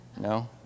No